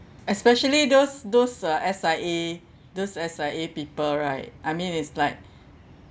especially those those uh S_I_A those S_I_A people right I mean it's like